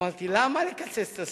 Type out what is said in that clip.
אמרתי: למה לקצץ את השפם?